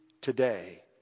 today